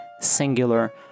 singular